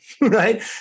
right